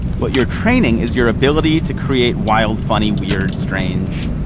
what you're training is your ability to create wild, funny, weird, strange,